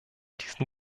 diesen